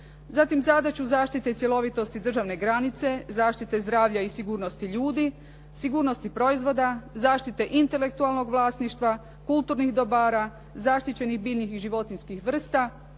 Zatim zadaću zaštite cjelovitosti državne granice, zaštite zdravlja i sigurnosti ljudi, sigurnosti proizvod, zaštite intelektualnog vlasništva, kulturnih dobara, zaštićenih biljnih i životinjskih vrsta,